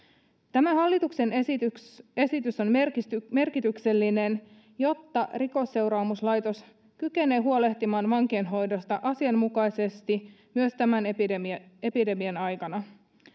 tämä hallituksen esitys on merkityksellinen merkityksellinen jotta rikosseuraamuslaitos kykenee huolehtimaan vankeinhoidosta asianmukaisesti myös tämän epidemian epidemian aikana selvää